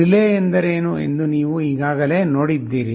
relay ಎಂದರೇನು ಎಂದು ನೀವು ಈಗಾಗಲೇ ನೋಡಿದ್ದೀರಿ